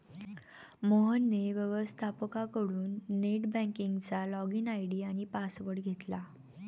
मोहनने व्यवस्थपकाकडून नेट बँकिंगचा लॉगइन आय.डी आणि पासवर्ड घेतला